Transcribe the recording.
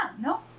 no